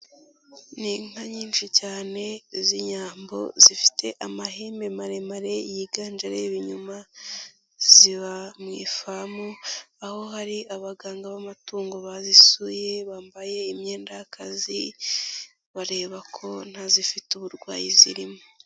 Ni inka nyinshi cyane z'inyambo zifite amahembe maremare yiganje areba inyuma, ziba mu ifamu aho hari abaganga b'amatungo bazisuye, bambaye imyenda y'akazi, bareba ko ntazifite uburwayi zirimo.